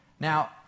Now